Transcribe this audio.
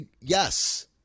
Yes